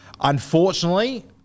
Unfortunately